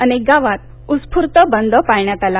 अनेक गावात उत्स्फूर्त बंद पाळण्यात आला